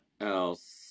else